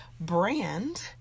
brand